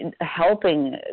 helping